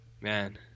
Man